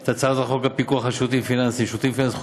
את הצעת חוק הפיקוח על שירותים פיננסיים (שירותים פיננסיים